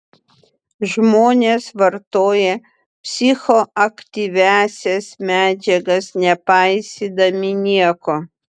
žmonės vartoja psichoaktyviąsias medžiagas nepaisydami nieko